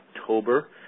October